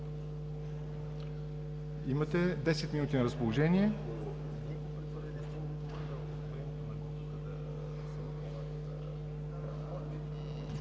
Имате 10 минути на разположение,